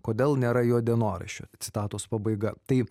kodėl nėra jo dienoraščio citatos pabaiga tai